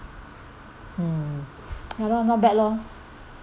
ya lor not bad lor